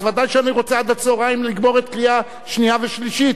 אז ודאי שאני רוצה עד הצהריים לגמור את הקריאה השנייה והקריאה השלישית.